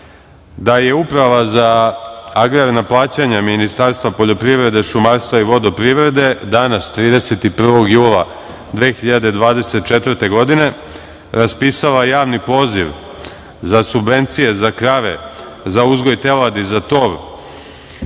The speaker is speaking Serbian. da je uprava za agrarna plaćanja Ministarstva poljoprivrede, šumarstva i vodoprivrede danas, 31. jula 2024. godine, raspisala javni poziv za subvencije za krave, za uzgoj teladi za tov